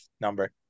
number